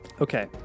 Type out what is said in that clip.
Okay